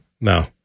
no